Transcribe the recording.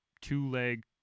two-leg